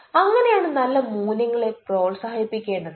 അങ്ങനെയാണ് നല്ല മൂല്യങ്ങളെ പ്രോത്സാഹിപ്പിക്കേണ്ടത്